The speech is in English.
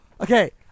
okay